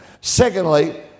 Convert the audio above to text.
Secondly